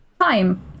time